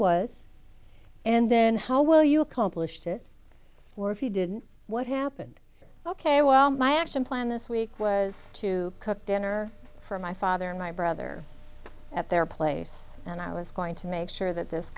was and then how will you accomplished it or if you didn't what happened ok well my action plan this week was to cook dinner for my father and my brother at their place and i was going to make sure that this